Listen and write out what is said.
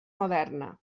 moderna